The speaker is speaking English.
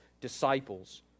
disciples